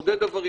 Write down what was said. מעודד עבריינות,